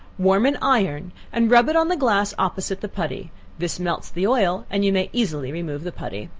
warm an iron, and rub it on the glass opposite the putty this melts the oil, and you may easily remove the putty.